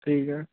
ठीकु आहे